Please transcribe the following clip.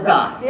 God